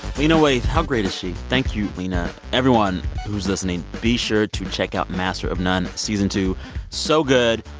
lena waithe, how great is she? thank you, lena. everyone who's listening, be sure to check out master of none season two so good.